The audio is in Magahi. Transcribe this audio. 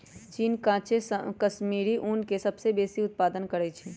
चीन काचे कश्मीरी ऊन के सबसे बेशी उत्पादन करइ छै